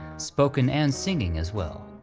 spoken and singing as well.